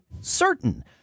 certain